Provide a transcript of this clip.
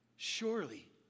Surely